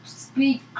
speak